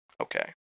Okay